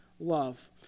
love